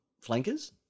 flankers